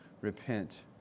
repent